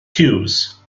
huws